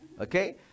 Okay